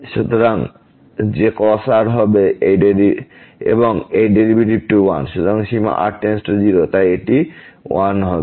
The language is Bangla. সুতরাং যে cos r হবে এবং এই ডেরিভেটিভ 1 এবং সীমা r → 0 তাই এটি 1 হবে